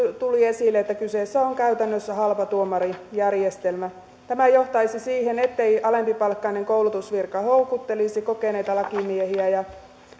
tuli esille että kyseessä on käytännössä halpatuomarijärjestelmä tämä johtaisi siihen ettei alempipalkkainen koulutusvirka houkuttelisi kokeneita lakimiehiä ja